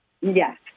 Yes